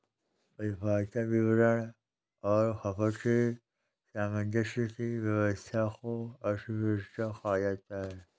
उत्पादन, वितरण और खपत के सामंजस्य की व्यस्वस्था को अर्थव्यवस्था कहा जाता है